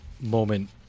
moment